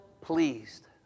pleased